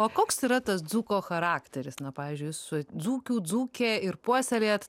o koks yra tas dzūko charakteris na pavyzdžiui su dzūkių dzūkė ir puoselėjat